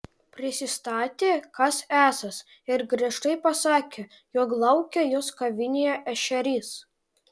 prisistatė kas esąs ir griežtai pasakė jog laukia jos kavinėje ešerys